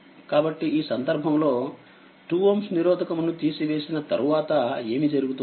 కాబట్టిఈ సందర్భంలో2Ωనిరోధకము ను తీసివేసిన తరువాత ఏమి జరుగుతుంది